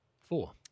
Four